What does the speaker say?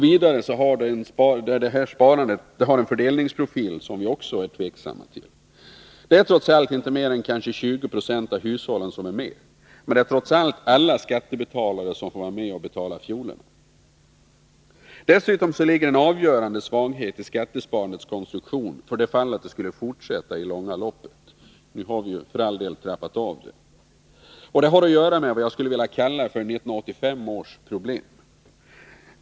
Vidare har detta sparande en fördelningsprofil som vi ställer oss tveksamma till: det är trots allt inte mer än kanske 20 96 av hushållen som är med, men alla skattebetalare får trots detta vara med om att betala fiolerna. Dessutom ligger en avgörande svaghet i skattesparandets konstruktion för det fall att det skulle fortsätta i det långa loppet — nu har vi för all del trappat av detta sparande. Det har att göra med vad jag skulle vilja kalla för 1985 års problem.